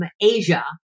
Asia